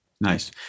Nice